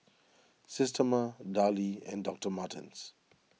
Systema Darlie and Doctor Martens